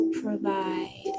provide